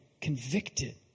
convicted